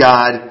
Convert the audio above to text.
God